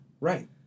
Right